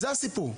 זה הסיפור.